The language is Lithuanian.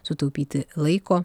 sutaupyti laiko